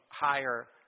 higher